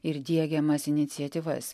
ir diegiamas iniciatyvas